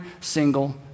single